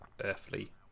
earthly